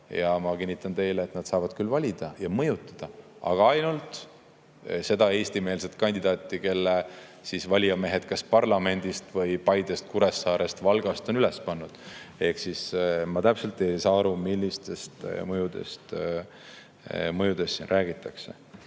Ma kinnitan teile, et nad saavad küll valida ja mõjutada, aga ainult seda eestimeelset kandidaati, kelle valijamehed kas parlamendist või Paidest, Kuressaarest või Valgast on üles [seadnud]. Ehk ma täpselt ei saa aru, millistest mõjudest siin räägitakse.